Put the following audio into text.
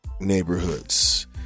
neighborhoods